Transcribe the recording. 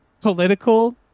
political